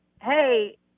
hey